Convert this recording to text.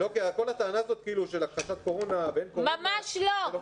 כל הטענה הזאת כאילו של הכחשת קורונה ואין קורונה --- ממש לא.